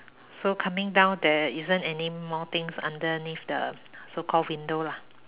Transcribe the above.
so coming down there isn't anymore things underneath the so-called window lah